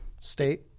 State